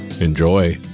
Enjoy